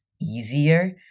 easier